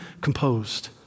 composed